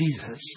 Jesus